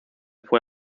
fue